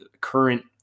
current